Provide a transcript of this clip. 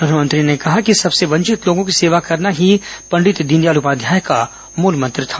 प्रधानमंत्री ने कहा कि सबसे वंचित लोगों की सेवा करना ही दीनदयाल उपाध्याय का मुलमंत्र था